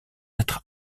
être